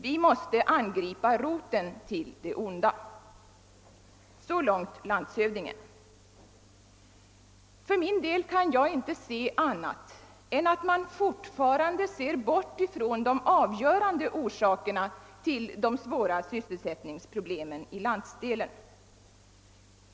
Vi måste angripa roten till det onda ———.» För min del kan jag inte finna annat än att man alltjämt ser bort från de avgörande orsakerna till de svåra sysselsättningsproblemen i landsdelen.